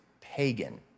pagan